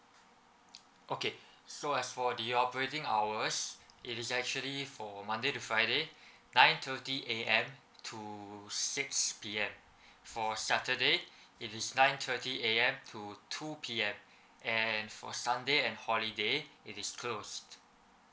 okay so as for the operating hours it is actually for monday to friday nine thirty A_M to six P_M for saturday it is nine thirty A_M to two P_M and for sunday and holiday it is closed